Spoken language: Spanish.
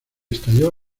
estalló